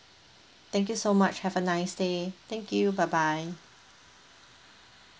thank you so much have a nice day thank you bye bye